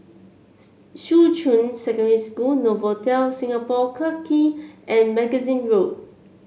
Shuqun Secondary School Novotel Singapore Clarke Quay and Magazine Road